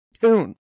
tune